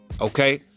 Okay